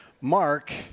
Mark